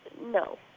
No